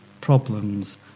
problems